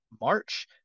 March